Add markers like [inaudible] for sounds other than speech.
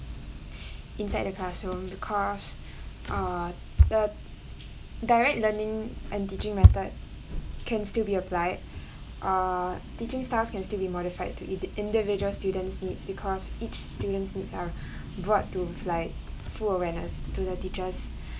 [breath] inside the classroom because uh the direct learning and teaching method can still be applied uh teaching styles can still be modified to ind~ individual student's needs because each student's needs are brought to like full awareness to the teachers